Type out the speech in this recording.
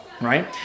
right